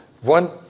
one